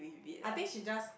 I think she just